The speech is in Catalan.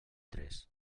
tres